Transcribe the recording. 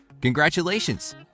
congratulations